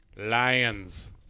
Lions